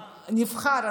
הנבחר.